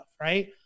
Right